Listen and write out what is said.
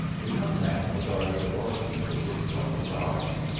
the young man regarded the barkeeper with puzzled eyes.